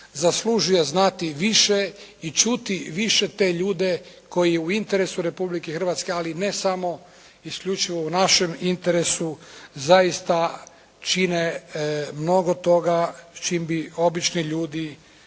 zaslužuje znati više i čuti više te ljude koji je u interesu Republike Hrvatske, ali ne samo isključivo u našem interesu zaista čine mnogo toga s čim bi obični ljudi